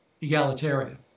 egalitarian